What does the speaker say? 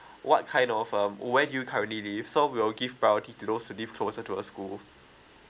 what kind of um where do you currently live so we'll give priority to those who live closer to the school